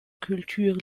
culture